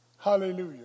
Hallelujah